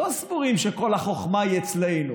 לא סבורים שכל החוכמה אצלנו.